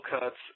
cuts